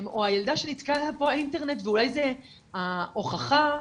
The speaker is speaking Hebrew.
או הילדה שנתקע לה פה האינטרנט ואולי זה ההוכחה,